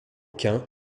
quint